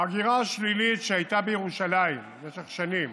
ההגירה השלילית שהייתה בירושלים במשך שנים